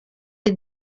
iri